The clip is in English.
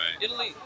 Italy